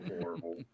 horrible